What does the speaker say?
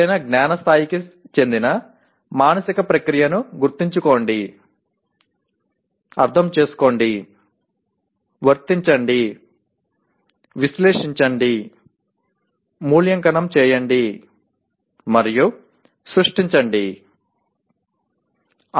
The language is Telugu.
ఏదైనా జ్ఞాన స్థాయికి చెందిన మానసిక ప్రక్రియను గుర్తుంచుకోండి అర్థం చేసుకోండి వర్తించండి విశ్లేషించండిఅనలైజ్ మూల్యాంకనం చేయండిఎవాల్యుయేట్ మరియు సృష్టించండిక్రియేట్